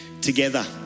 together